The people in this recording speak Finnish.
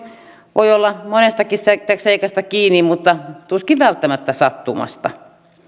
voi olla monestakin seikasta kiinni mutta tuskin välttämättä sattumasta